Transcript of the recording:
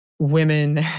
women